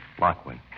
Lockwood